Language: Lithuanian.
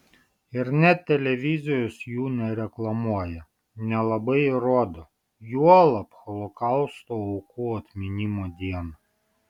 ir net televizijos jų nereklamuoja nelabai ir rodo juolab holokausto aukų atminimo dieną